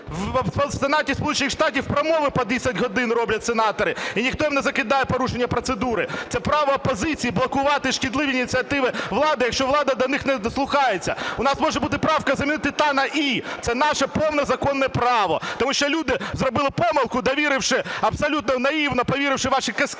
В Сенаті Сполучених Штатів промови по 10 годин роблять сенатори, і ніхто їм не закидає порушення процедури, це право опозиції блокувати шкідливі ініціативи влади, якщо влада до них не дослухається. У нас може бути правка замінити "та" на "і", це наше повне законне право. Тому що люди зробили помилку, довіривши, абсолютно наївно повіривши у ваші казки,